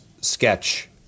sketch